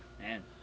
man